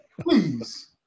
Please